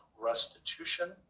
restitution